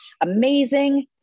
amazing